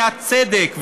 מן הצדק,